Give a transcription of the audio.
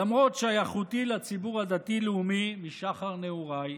למרות שייכותי לציבור הדתי-הלאומי משחר נעוריי,